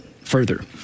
further